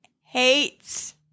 hates